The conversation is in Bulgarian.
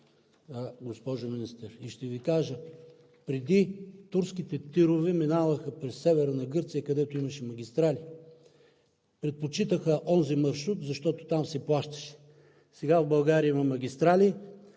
госпожо Министър. И ще Ви кажа – преди турските тирове минаваха през Северна Гърция, където имаше магистрали. Предпочитаха онзи маршрут, защото там се плащаше. Сега в България има магистрали,